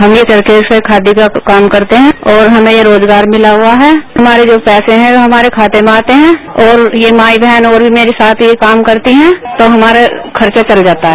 हम यह वरखे से खादी का काम करते हैं और हमें यह रोजगार मिला हथा है हमारे जो पैसे हैं वो हमारे खाते में आते हैं और यह मां बहन और भी मेरे साथ ये काम करती हैं तो हमारा खर्चा चल जाता है